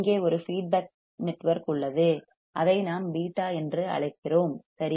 இங்கே ஒரு feedback network உள்ளது அதை நாம் β என்று அழைக்கிறோம் சரி